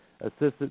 Assisted